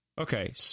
Okay